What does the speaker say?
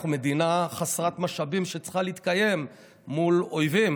אנחנו מדינה חסרת משאבים שצריכה להתקיים מול אויבים.